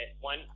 one